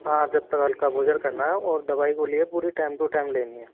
हाँ जब तक हल्का भोजन करना है और दवाई गोली है पूरे टाइम टु टाइम लेनी है